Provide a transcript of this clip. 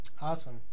Awesome